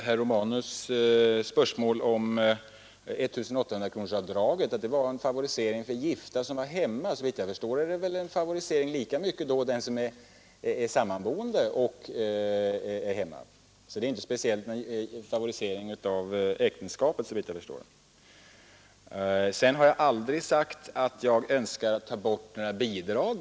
Herr Romanus sade att 1 800-kronorsavdraget var en favorisering av de gifta som var hemma, men såvitt jag förstår är det väl lika mycket en favorisering av dem som är sammanboende och hemma. Det är, menar jag, ingen speciell favorisering av äktenskapet. Sedan har jag aldrig sagt att jag vill ta bort några bidrag.